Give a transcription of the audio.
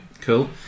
Cool